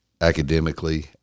academically